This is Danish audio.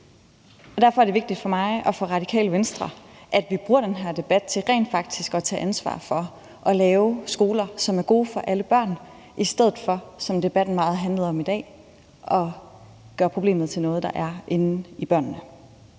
Derfor er det vigtigt for mig og for Radikale Venstre, at vi bruger den her debat til rent faktisk at tage ansvar for at lave skoler, som er gode for alle børn i stedet for, som debatten handlede meget om i dag, at gøre problemet til noget, der er inden ibørnene.